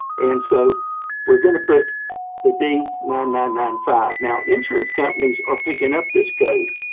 and so we're gonna put the d nine nine nine five. now, insurance companies are picking up this code.